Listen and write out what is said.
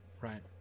right